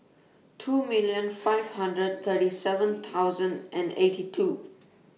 two million five hundred thirty seven thousand and eighty two